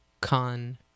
con